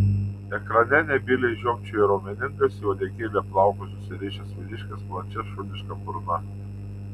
ekrane nebyliai žiopčiojo raumeningas į uodegėlę plaukus susirišęs vyriškis plačia šuniška burna